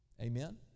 Amen